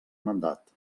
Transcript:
mandat